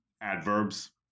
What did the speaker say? adverbs